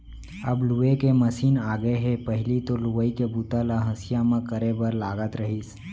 अब लूए के मसीन आगे हे पहिली तो लुवई के बूता ल हँसिया म करे बर लागत रहिस